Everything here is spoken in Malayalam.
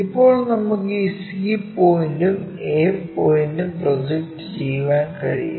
ഇപ്പോൾ നമുക്ക് ഈ c പോയിന്റും a പോയിന്റും പ്രൊജക്റ്റ് ചെയ്യാൻ കഴിയും